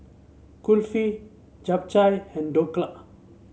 Kulfi Japchae and Dhokla